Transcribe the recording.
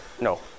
No